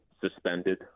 suspended